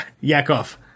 Yakov